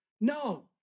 No